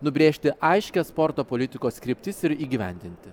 nubrėžti aiškias sporto politikos kryptis ir įgyvendinti